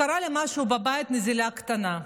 קרה לי משהו בבית, נזילה קטנה.